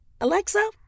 Alexa